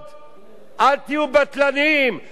אל תהיו בטלנים, אל תהיו פרזיטים.